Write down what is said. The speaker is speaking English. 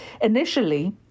Initially